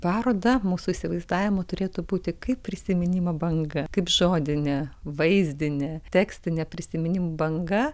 paroda mūsų įsivaizdavimu turėtų būti kaip prisiminimo banga kaip žodinė vaizdinė tekstinė prisiminimų banga